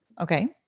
Okay